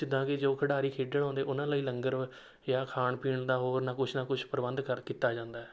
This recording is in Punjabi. ਜਿੱਦਾਂ ਕਿ ਜੋ ਖਿਡਾਰੀ ਖੇਡਣ ਆਉਂਦੇ ਉਹਨਾਂ ਲਈ ਲੰਗਰ ਜਾਂ ਖਾਣ ਪੀਣ ਦਾ ਹੋੋਰ ਨਾ ਕੁਛ ਨਾ ਕੁਛ ਪ੍ਰਬੰਧ ਕਰ ਕੀਤਾ ਜਾਂਦਾ